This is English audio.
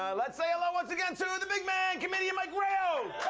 um let's say hello once again to the big man, comedian mike rao!